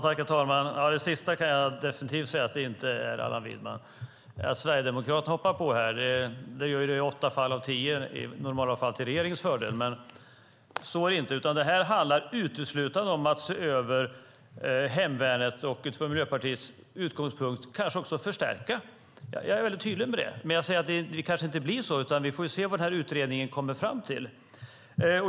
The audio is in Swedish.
Herr talman! Det sista kan jag definitivt säga att det inte är, Allan Widman. I normala fall när Sverigedemokraterna hoppar på är det ju i åtta fall av tio till regeringens fördel. Så är det inte. Det här handlar uteslutande om att se över hemvärnet, och från Miljöpartiets utgångspunkt kanske också förstärka det. Jag är väldigt tydlig med det. Men jag säger att det kanske inte blir så. Vi får väl se vad den här utredningen kommer fram till.